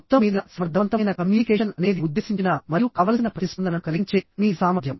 మొత్తం మీద సమర్థవంతమైన కమ్యూనికేషన్ అనేది ఉద్దేశించిన మరియు కావలసిన ప్రతిస్పందనను కలిగించే మీ సామర్థ్యం